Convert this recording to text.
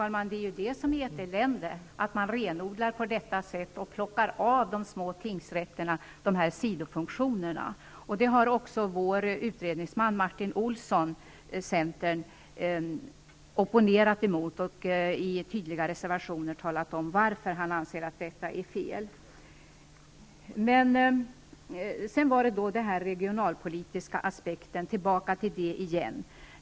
Herr talman! Det är ett elände att man renodlar på detta sätt och plockar av de små tingsrätterna sidofunktionerna. Det har också Centerns utredningsman, Martin Olsson, opponerat sig emot, och han har i tydliga reservationer talat om varför han anser att detta är fel. Tillbaka till den regionalpolitiska aspekten igen.